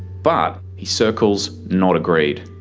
but he circles not agreed.